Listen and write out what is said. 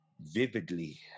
vividly